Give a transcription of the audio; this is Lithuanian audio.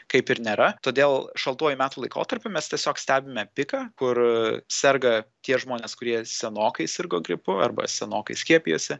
kaip ir nėra todėl šaltuoju metų laikotarpiu mes tiesiog stebime piką kur serga tie žmonės kurie senokai sirgo gripu arba senokai skiepijosi